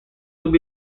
would